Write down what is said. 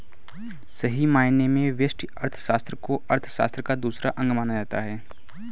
सही मायने में व्यष्टि अर्थशास्त्र को अर्थशास्त्र का दूसरा अंग माना जाता है